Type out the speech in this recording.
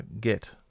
get